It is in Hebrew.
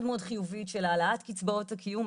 מאוד חיובית של העלאת קצבאות הקיום,